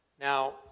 Now